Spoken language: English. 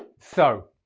so,